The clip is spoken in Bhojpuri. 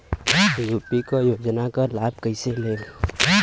यू.पी क योजना क लाभ कइसे लेब?